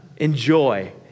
Enjoy